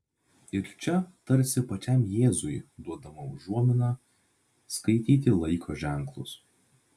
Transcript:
ir čia tarsi pačiam jėzui duodama užuomina skaityti laiko ženklus